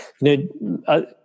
No